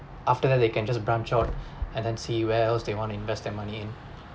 after that they can just branch out and then see where else they want to invest their money in